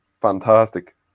fantastic